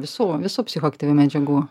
visų visų psichoaktyvių medžiagų